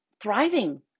thriving